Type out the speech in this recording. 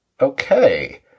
okay